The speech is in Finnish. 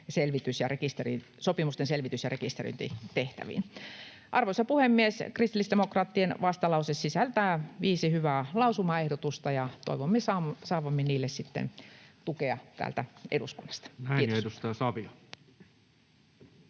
sopimusten selvitys- ja rekisteröintitehtäviin. Arvoisa puhemies! Kristillisdemokraattien vastalause sisältää viisi hyvää lausumaehdotusta, ja toivomme saavamme niille sitten tukea täältä eduskunnasta. — Kiitos.